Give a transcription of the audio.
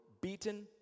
beaten